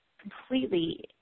completely